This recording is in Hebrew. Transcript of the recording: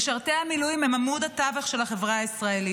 משרתי המילואים הם עמוד התווך של החברה הישראלית.